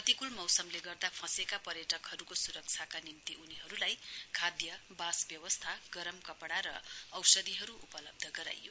प्रतिकूल मौसमले गर्दै फँसेका पर्यटकहरुको सुरक्षाका निम्ति उनीहरुलाई खाद्य़ बास व्यवस्था गरम कपड़ा र औषधिहरु उपलब्ध गराइयो